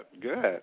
good